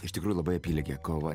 iš tikrųjų labai apylygė kova